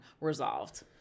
resolved